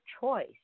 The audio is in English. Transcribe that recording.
choice